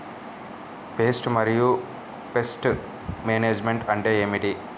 Pest మరియు pest management అంటే ఏమిటి?